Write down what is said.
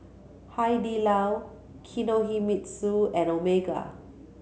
Hai Di Lao Kinohimitsu and Omega